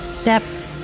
stepped